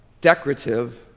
decorative